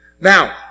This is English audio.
Now